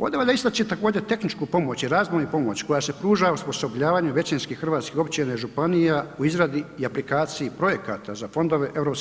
Ovdje valja istači također, tehničku pomoć i razvojnu pomoć koja se pruža osposobljavanjem većinskih hrvatskih općina i županija u izradi i aplikaciji projekata za fondove EU